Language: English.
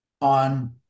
on